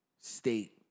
State